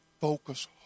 focus